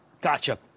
Gotcha